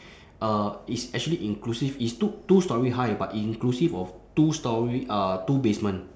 uh it's actually inclusive it's two two storey high but inclusive of two storey uh two basement